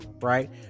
right